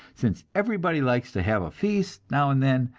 since everybody likes to have a feast now and then,